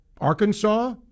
Arkansas